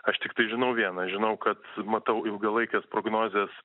aš tiktai žinau viena žinau kad matau ilgalaikes prognozes